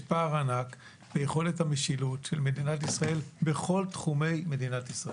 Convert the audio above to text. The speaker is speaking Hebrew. יש פער ענק ביכולת המשילות של מדינת ישראל בכל תחומי מדינת ישראל.